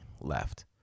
left